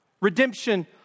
Redemption